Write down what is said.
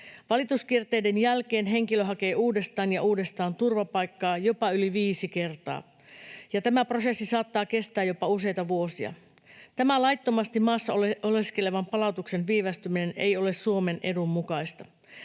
Valituskierteiden jälkeen henkilö hakee uudestaan ja uudestaan turvapaikkaa, jopa yli viisi kertaa, ja tämä prosessi saattaa kestää jopa useita vuosia. Tämän laittomasti maassa oleskelevan palautuksen viivästyminen ei ole Suomen edun mukaista.